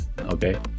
Okay